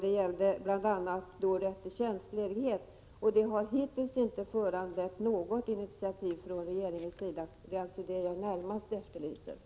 Det gällde bl.a. rätt till tjänstledighet. Det förslaget har inte föranlett något initiativ från regeringen, och det är det jag närmast efterlyser.